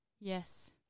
Yes